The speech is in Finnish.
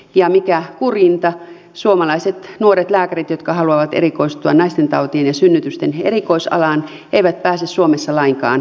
ja mikä kurjinta suomalaiset nuoret lääkärit jotka haluavat erikoistua naistentautien ja synnytysten erikoisalaan eivät pääse suomessa lainkaan opiskelemaan